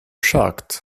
shocked